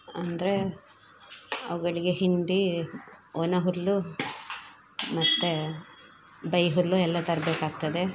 ಅಂದರೆ ಅವುಗಳಿಗೆ ಹಿಂಡಿ ಒಣಹುಲ್ಲು ಮತ್ತು ಬೈಹುಲ್ಲು ಎಲ್ಲ ತರಬೇಕಾಗ್ತದೆ